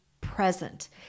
present